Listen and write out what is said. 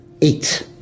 eight